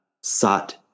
sat